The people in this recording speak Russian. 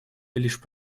лишь